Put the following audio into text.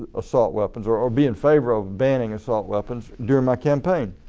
assault weapons or or be in favor of banning assault weapons during my campaign.